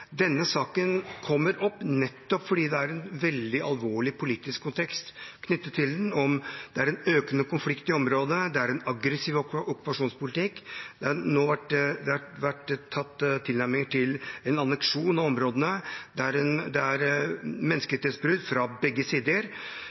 Denne saken kommer opp nettopp fordi det er en veldig alvorlig politisk kontekst knyttet til den. Det er en økende konflikt i området. Det er en aggressiv okkupasjonspolitikk. Det har vært tatt en tilnærming at det er en anneksjon av områdene. Det er menneskerettighetsbrudd fra begge sider.